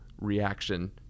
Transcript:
reaction